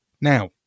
now